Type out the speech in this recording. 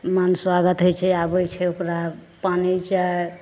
मान स्वागत होइ छै आबै छै ओकरा पानि चाय